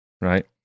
right